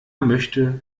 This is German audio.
möchte